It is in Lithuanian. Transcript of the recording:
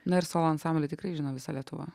na ir solo ansamblį tikrai žino visa lietuva